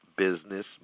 Business